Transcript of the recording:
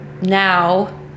now